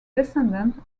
descendant